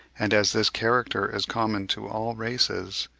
and as this character is common to all races,